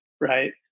right